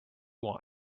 one